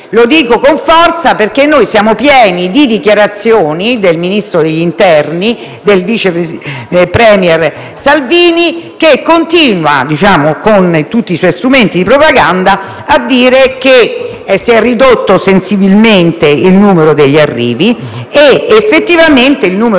Lo dico con forza perché siamo pieni di dichiarazioni del Ministro dell'interno, il vice*premier* Salvini, che, con tutti i suoi strumenti di propaganda, continua a dire che si è ridotto sensibilmente il numero degli arrivi e effettivamente, il numero